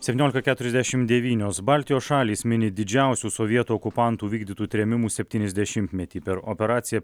septyniolika keturiasdešimt devynios baltijos šalys mini didžiausių sovietų okupantų vykdytų trėmimų septyniasdešimtmetį per operaciją